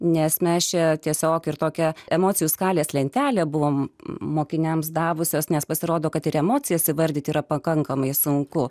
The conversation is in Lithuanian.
nes mes čia tiesiog ir tokią emocijų skalės lentelę buvome mokiniams davusios nes pasirodo kad ir emocijas įvardyti yra pakankamai sunku